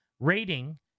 Rating